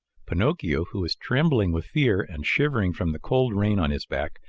pinocchio, who was trembling with fear and shivering from the cold rain on his back,